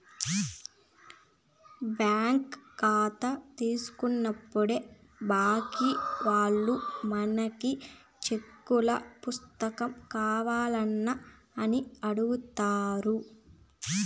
bank కాతా తీసుకున్నప్పుడే బ్యాంకీ వాల్లు మనకి సెక్కుల పుస్తకం కావాల్నా అని అడుగుతారు